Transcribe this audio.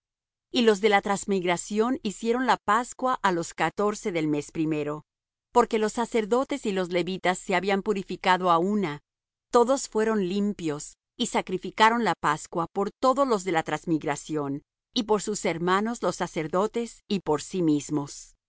y los de la transmigración hicieron la pascua á los catorce del mes primero porque los sacerdotes y los levitas se habían purificado á una todos fueron limpios y sacrificaron la pascua por todos los de la transmigración y por sus hermanos los sacerdotes y por sí mismos